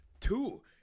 two